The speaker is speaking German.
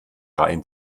reihen